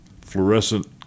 fluorescent